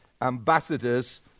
ambassadors